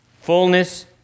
Fullness